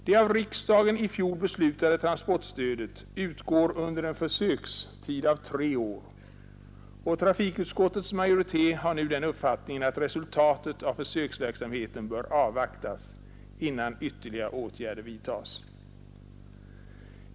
Det av riksdagen i fjol beslutade transportstödet utgår under en försökstid av tre år, och trafikutskottets majoritet har den uppfattningen att resultatet av försöksverksamheten bör avvaktas innan ytterligare åtgärder vidtas.